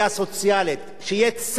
שיהיה צדק תחבורתי,